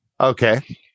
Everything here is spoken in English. Okay